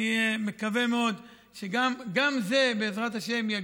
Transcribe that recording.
אני מקווה מאוד שגם זה יגיע, בעזרת השם.